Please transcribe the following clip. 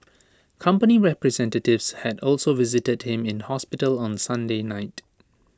company representatives had also visited him in hospital on Sunday night